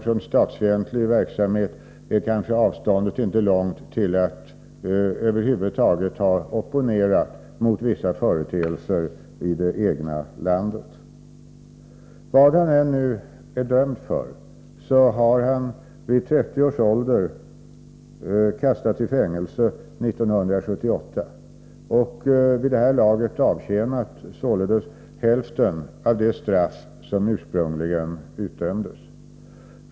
Från statsfientlig verksamhet är avståndet kanske inte långt till opposition över huvud taget mot vissa företeelser i det egna landet. Vad Sjtjaranskij nu än är dömd för, så har han vid 30 års ålder kastats i fängelse 1978 och har vid det här laget således avtjänat hälften av det straff som ursprungligen utdömdes.